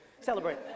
Celebrate